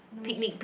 no need